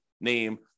name